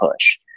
push